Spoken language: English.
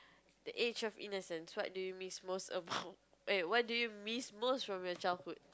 the age of innocence what do you miss most about eh what do you miss most about your childhood